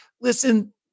listen